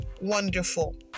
wonderful